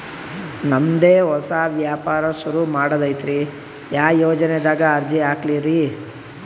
ನಮ್ ದೆ ಹೊಸಾ ವ್ಯಾಪಾರ ಸುರು ಮಾಡದೈತ್ರಿ, ಯಾ ಯೊಜನಾದಾಗ ಅರ್ಜಿ ಹಾಕ್ಲಿ ರಿ?